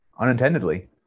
unintendedly